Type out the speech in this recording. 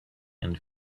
and